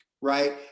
right